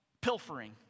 pilfering